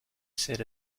said